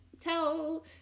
tell